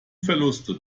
verluste